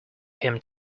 him